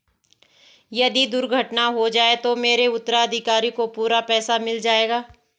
यदि दुर्घटना हो जाये तो मेरे उत्तराधिकारी को पूरा पैसा मिल जाएगा?